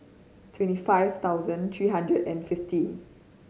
twenty five thousand three hundred and fifteen